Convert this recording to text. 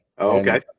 Okay